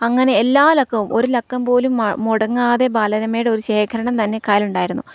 അങ്ങനെ എല്ലാ ലക്കവും ഒരു ലക്കം പോലും മുടങ്ങാതെ ബാലരമയുടെ ഒരു ശേഖരണം തന്നെ കയ്യിലുണ്ടായിരുന്നു